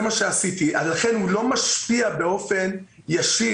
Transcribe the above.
לכן הוא לא משפיע באופן ישיר.